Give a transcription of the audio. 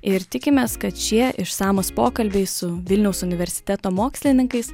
ir tikimės kad šie išsamūs pokalbiai su vilniaus universiteto mokslininkais